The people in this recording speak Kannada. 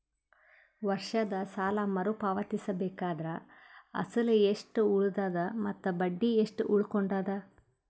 ವರ್ಷದ ಸಾಲಾ ಮರು ಪಾವತಿಸಬೇಕಾದರ ಅಸಲ ಎಷ್ಟ ಉಳದದ ಮತ್ತ ಬಡ್ಡಿ ಎಷ್ಟ ಉಳಕೊಂಡದ?